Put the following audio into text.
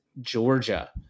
Georgia